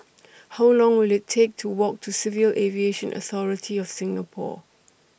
How Long Will IT Take to Walk to Civil Aviation Authority of Singapore